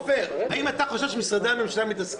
עופר, אם אתה חושב שמשרדי הממשלה מתעסקים